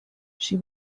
she